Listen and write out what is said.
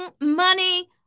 money